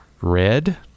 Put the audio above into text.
red